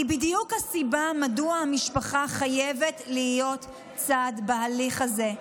זו בדיוק הסיבה מדוע המשפחה חייבת להיות צד בהליך הזה.